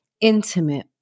intimate